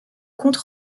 compte